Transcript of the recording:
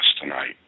tonight